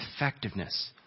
effectiveness